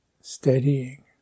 steadying